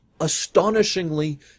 astonishingly